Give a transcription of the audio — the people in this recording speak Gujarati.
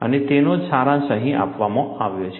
અને તેનો જ સારાંશ અહીં આપવામાં આવ્યો છે